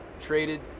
traded